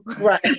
right